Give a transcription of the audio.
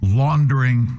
laundering